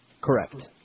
Correct